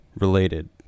related